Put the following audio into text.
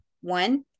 one